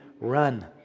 Run